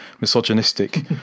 misogynistic